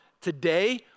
Today